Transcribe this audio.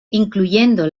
incluyendo